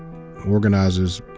organizers,